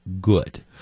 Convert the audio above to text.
good